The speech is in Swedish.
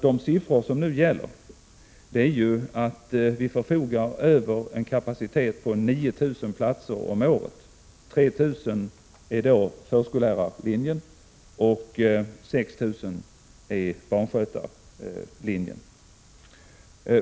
De siffror som nu föreligger innebär att vi förfogar över en kapacitet på 9 000 platser om året - 3 000 för förskollärarlinjen och 6 000 för barnskötarlinjen.